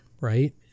Right